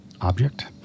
object